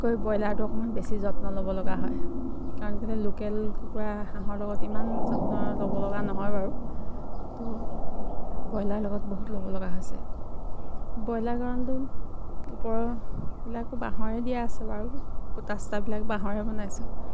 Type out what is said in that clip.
কৈ ব্ৰইলাৰটো অকণমান বেছি যত্ন ল'ব লগা হয় কাৰণ কেলৈ লোকেল কুকুৰা হাঁহৰ লগত ইমান যত্ন ল'ব লগা নহয় বাৰু কিন্তু ব্ৰইলাৰ লগত বহুত ল'ব লগা হৈছে ব্ৰইলাৰ গঁৰালটো ওপৰৰবিলাকো বাঁহৰে দিয়া আছে বাৰু খুটা চুটাবিলাক বাঁহৰে বনাইছোঁ